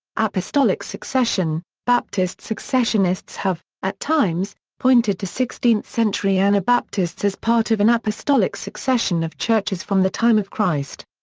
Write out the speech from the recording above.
apostolic succession baptist successionists have, at times, pointed to sixteenth century anabaptists as part of an apostolic succession of churches from the time of christ.